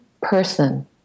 person